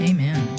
Amen